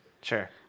Sure